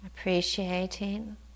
appreciating